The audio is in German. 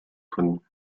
von